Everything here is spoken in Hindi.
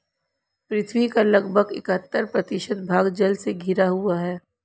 पृथ्वी का लगभग इकहत्तर प्रतिशत भाग जल से घिरा हुआ है